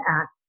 act